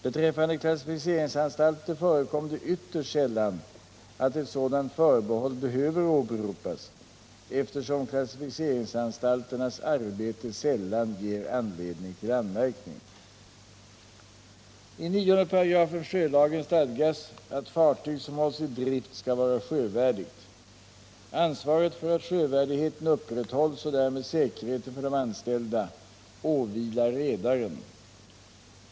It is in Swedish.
Beträffande klassificeringsanstalter förekommer det ytterst sällan att ett sådant förbehåll behöver åberopas, eftersom klassificeringsanstalternas arbete sällan ger anledning till anmärkning. 195 sjölagen stadgas att fartyg som hålls i drift skall vara sjövärdigt. Ansvaret för att sjövärdigheten upprätthålls, och därmed säkerheten för de anställda, åvilar redaren.